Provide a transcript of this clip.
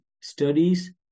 studies